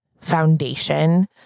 foundation